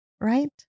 right